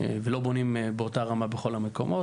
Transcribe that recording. ולא בונים באותה רמה בכל המקומות,